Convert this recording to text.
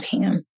Pam